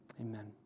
Amen